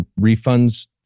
Refunds